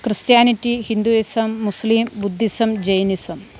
Christianity Hinduism Muslim Buddhism Jainism